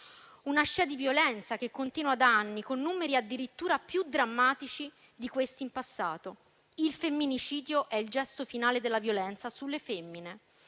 una scia di violenza che continua da anni, con numeri addirittura più drammatici di quelli del passato. Il femminicidio è il gesto finale della violenza sulle femmine.